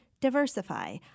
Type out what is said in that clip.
diversify